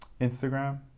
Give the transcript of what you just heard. Instagram